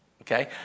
Okay